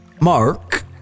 Mark